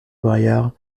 braillard